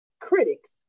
critics